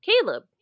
Caleb